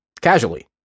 casually